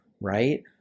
right